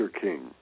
King